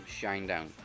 Shinedown